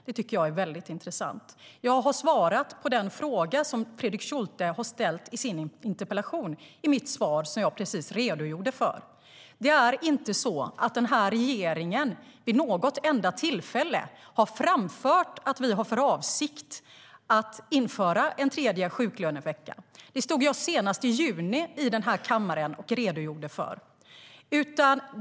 Det tycker jag är väldigt intressant. Jag har svarat på den fråga som Fredrik Schulte har ställt i sin interpellation i mitt svar som jag precis redogjorde för. Det är inte så att regeringen vid något enda tillfälle har framfört att vi har för avsikt att införa en tredje sjuklönevecka. Det stod jag senast i juni i den här kammaren och redogjorde för.